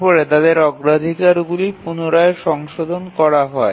তারপর তাদের অগ্রাধিকারগুলি পুনরায় সংশোধন করা হয়